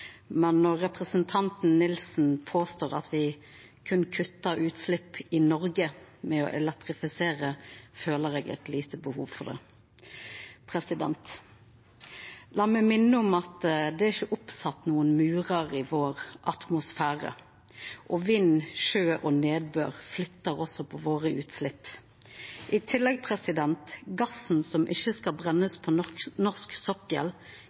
elektrifisere, føler jeg et lite behov for det. La meg minne om at det ikke er oppsatt noen murer i vår atmosfære, og vind, sjø og nedbør flytter også på våre utslipp. I tillegg: Gassen som ikke skal brennes på norsk sokkel,